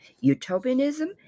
Utopianism